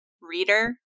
Reader